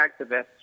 activists